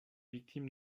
victime